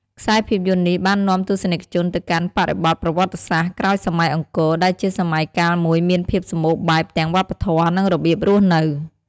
ខ្សែភាពយន្តនេះបាននាំទស្សនិកជនទៅកាន់បរិបទប្រវត្តិសាស្ត្រក្រោយសម័យអង្គរ ដែលជាសម័យកាលមួយមានភាពសម្បូរបែបទាំងវប្បធម៌ និងរបៀបរស់នៅ។